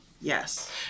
Yes